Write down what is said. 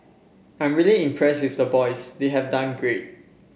I'm really impressed with the boys they have done great